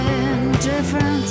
indifferent